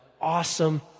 awesome